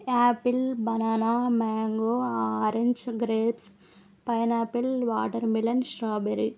apple banana mango orange grapes pineapple water melon strawberry